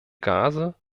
gase